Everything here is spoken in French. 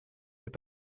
fait